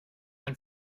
ein